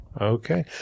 Okay